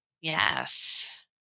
yes